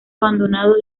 abandonado